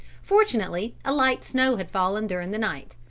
fortunately a light snow had fallen during the night.